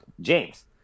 James